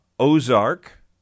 Ozark